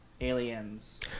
aliens